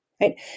right